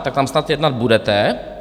Tak tam snad jednat budete.